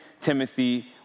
timothy